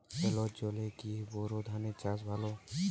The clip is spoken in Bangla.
সেলোর জলে কি বোর ধানের চাষ ভালো?